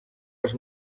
els